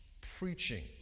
preaching